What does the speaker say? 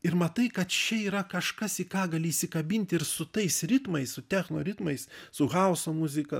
ir matai kad čia yra kažkas į ką gali įsikabinti ir su tais ritmai su techno ritmais su hauso muzika